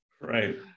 right